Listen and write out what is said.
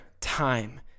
time